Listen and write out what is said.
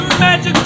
magic